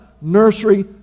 nursery